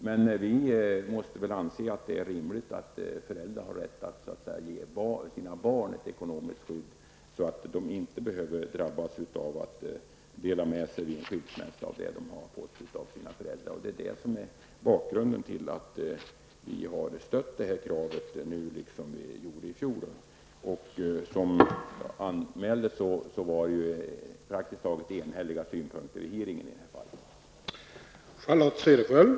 Men vi måste väl inse att det är rimligt att föräldrar har rätt att ge sina barn ett ekonomiskt stöd så att dessa inte vid skilsmässa behöver drabbas av att dela med sig det som de har fått av sina föräldrar. Mot den bakgrunden har vi stött detta krav nu, liksom vi gjorde i fjol. Och som sagt var det praktiskt taget enhälliga synpunkter vid hearingen i det här fallet.